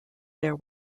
there